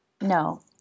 No